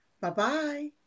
Bye-bye